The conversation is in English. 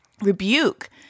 rebuke